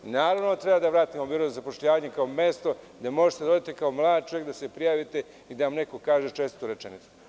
Naravno da treba da vratimo biro za zapošljavanje kao mesto gde možete da odete kao mlad čovek da se prijavite i da vam neko kaže čestu rečenicu.